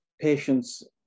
Patients